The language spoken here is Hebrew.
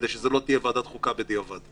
כדי שזו לא תהיה ועדת חוקה בדיעבד.